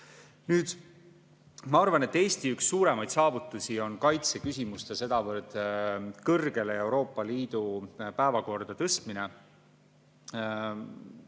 Nüüd, ma arvan, et Eesti üks suuremaid saavutusi on kaitseküsimuste sedavõrd kõrgele Euroopa Liidu päevakorda tõstmine.